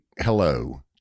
hello